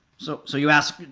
so so you ask,